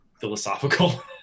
philosophical